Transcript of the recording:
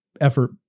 effort